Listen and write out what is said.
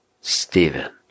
Stephen